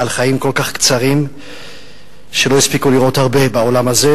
על חיים כל כך קצרים שלא הספיקו לראות הרבה בעולם הזה.